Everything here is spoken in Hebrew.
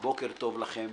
בוקר טוב לכם.